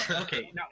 Okay